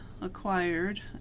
acquired